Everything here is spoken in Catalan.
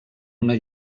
una